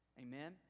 Amen